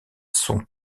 sont